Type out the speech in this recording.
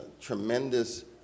tremendous